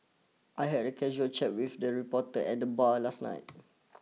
I had a casual chat with the reporter at the bar last night